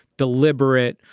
deliberate,